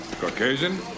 Caucasian